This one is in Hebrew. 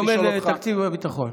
בדומה לתקציב הביטחון.